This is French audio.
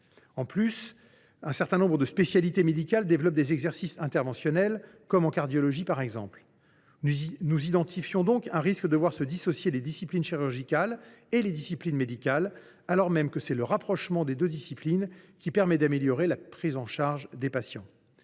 Qui plus est, un certain nombre de spécialités médicales développent des exercices interventionnels, comme en cardiologie. Nous identifions donc un risque de voir se dissocier les disciplines chirurgicales et les disciplines médicales, alors même que c’est le rapprochement des deux disciplines qui permet d’améliorer la prise en charge des patients.